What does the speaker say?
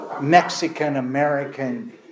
Mexican-American